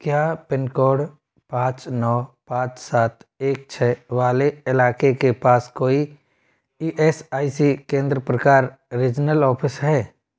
क्या pin code पाँच नौ पाँच सात एक छः वाले इलाके के पास कोई ई एस आई सी केंद्र प्रकार रीजनल ऑफ़िस है